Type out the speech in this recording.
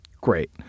great